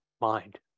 mind